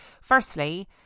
Firstly